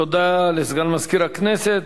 תודה לסגן מזכירת הכנסת.